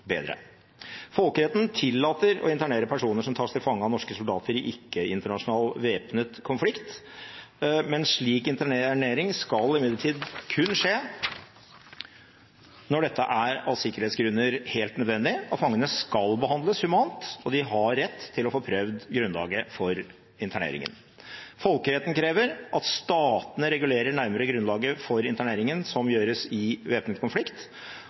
bedre. Folkeretten tillater å internere personer som tas til fange av norske soldater i ikke-internasjonal væpnet konflikt. Slik internering skal imidlertid kun skje når dette av sikkerhetsgrunner er helt nødvendig. Fangene skal behandles humant, og de har rett til å få prøvd grunnlaget for interneringen. Folkeretten krever at statene regulerer nærmere grunnlaget for interneringen som gjøres i væpnet konflikt,